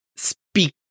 Speak